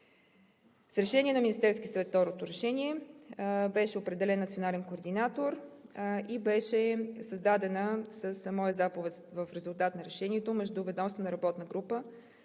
решение на Министерския съвет беше определен национален координатор и беше създадена с моя заповед в резултат на решението Междуведомствена работна група